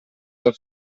del